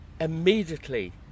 immediately